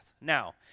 Now